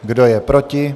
Kdo je proti?